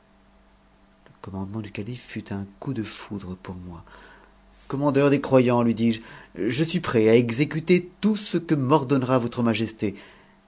le commandement du calife fut un coup de foudre pour moi cu mandeur des croyants lui dis-je je suis prêt à exécuter tout ce ou m'ordonnera votre majesté